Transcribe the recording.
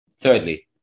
Thirdly